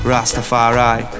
Rastafari